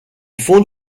fonde